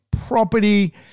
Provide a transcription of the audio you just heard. property